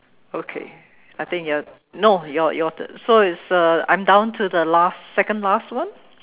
okay I think you're no your your turn so is uh I'm down to the last second last one